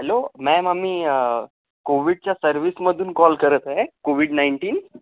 hello ma'am आम्ही कोविडच्या सर्विसमधून कॉल करत आहे कोविड नाईंटीन